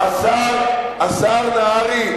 השר נהרי,